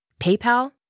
PayPal